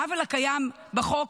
העוול הקיים בחוק